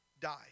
die